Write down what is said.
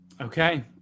Okay